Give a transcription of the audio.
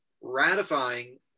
ratifying